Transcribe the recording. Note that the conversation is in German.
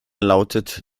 lautet